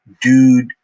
dude